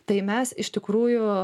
tai mes iš tikrųjų